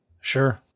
Sure